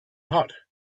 hot